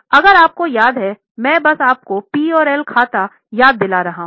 अगर आपको याद है मैं बस आपको पी और एल खाता याद दिला रहा हूँ